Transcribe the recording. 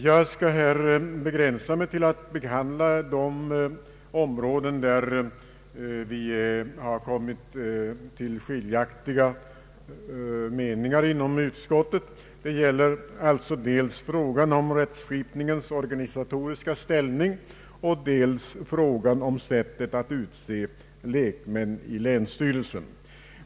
Jag skall begränsa mig till att behandla de områden där vi har kommit till skiljaktiga meningar inom utskottet. Det gäller alltså dels frågan om rättsskipningens organisatoriska ställning, dels frågan om sättet att utse lekmän i länsstyrelsen.